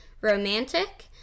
romantic